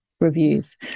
reviews